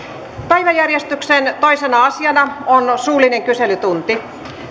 päiväjärjestyksen toisena asiana on suullinen kyselytunti